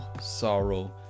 sorrow